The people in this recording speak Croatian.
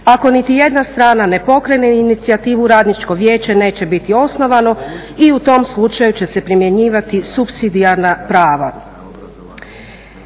Ako nitijedna strana ne pokrene inicijativu Radničko vijeće neće biti osnovano i u tom slučaju će se primjenjivati supsidijarna prava.